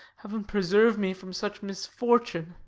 heaven preserve me from such misfortune!